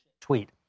tweet